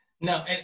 No